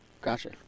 Gotcha